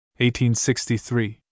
1863